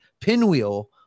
pinwheel